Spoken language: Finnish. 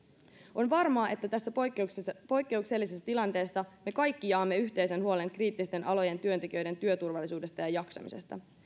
on varmaa että tässä poikkeuksellisessa tilanteessa me kaikki jaamme yhteisen huolen kriittisten alojen työntekijöiden työturvallisuudesta ja jaksamisesta